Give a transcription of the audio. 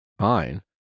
fine